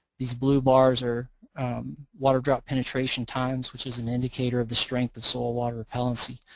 these blue bars are water drought penetration times, which is an indicator of the strength of soil water repellancy.